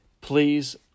Please